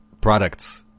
products